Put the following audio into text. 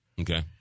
okay